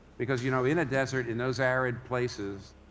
because, you know, in a desert, in those arid places,